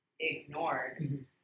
ignored